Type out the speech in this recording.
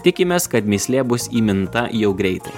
tikimės kad mįslė bus įminta jau greitai